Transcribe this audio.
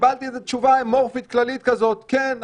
וקיבלתי איזו תשובה אמורפית כללית כזאת: כן,